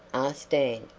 asked dan,